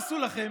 מנסור עבאס,